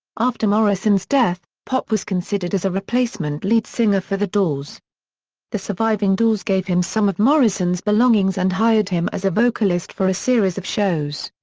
after morrison's death, pop was considered as a replacement lead singer for the doors the surviving doors gave him some of morrison's belongings and hired him as a vocalist for a series of shows.